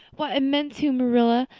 why, i meant to, marilla,